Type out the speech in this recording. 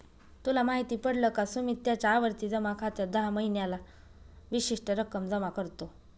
तुला माहित पडल का? सुमित त्याच्या आवर्ती जमा खात्यात दर महीन्याला विशिष्ट रक्कम जमा करतो